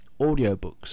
audiobooks